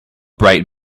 bright